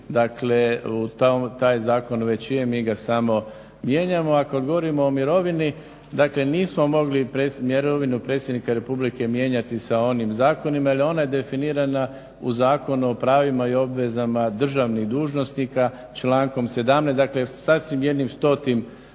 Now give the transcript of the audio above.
Dakle, taj zakon već imamo, mi ga samo mijenjamo. A kad govorimo o mirovini, dakle nismo mogli mirovinu predsjednika republike mijenjati sa onim zakonima, jer je on definiran u Zakonu o pravima i obavezama državnih dužnosnika, člankom 17. Dakle, sasvim jednim stotim